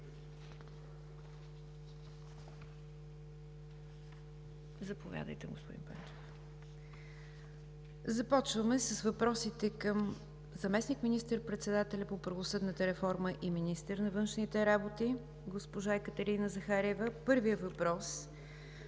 представител Спас Панчев. Започваме с въпросите към заместник министър председателя по правосъдната реформа и министър на външните работи госпожа Екатерина Захариева. Първият въпрос